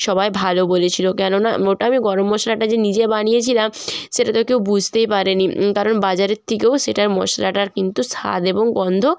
সবাই ভালো বলেছিলো কেননা ওটা আমি গরম মশলাটা যে নিজে বানিয়েছিলাম সেটা তো কেউ বুঝতেই পারেনি কারণ বাজারের থেকেও সেটার মশলাটার কিন্তু স্বাদ এবং গন্ধ